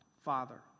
father